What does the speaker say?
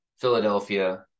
philadelphia